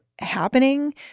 happening